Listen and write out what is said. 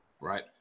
right